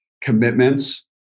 commitments